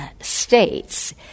states